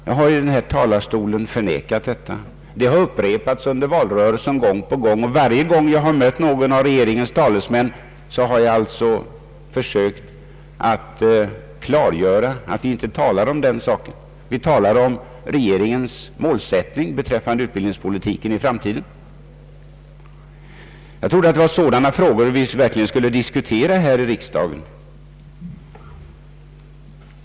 Jag har i denna talarstol förnekat detta, men beskyllningen har upprepats gång på gång under valrörelsen. Varje gång jag mött någon av regeringens talesmän har jag alltså försökt klargöra att vi inte talar om den saken. Vi talar om regeringens målsättning beträffande utbildningspolitiken i framtiden. Jag trodde att det var sådana frågor vi verkligen skulle diskutera här i riksdagen.